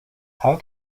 how